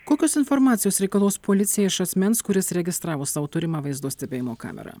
kokios informacijos reikalaus policija iš asmens kuris registravo savo turimą vaizdo stebėjimo kamerą